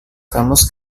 kamus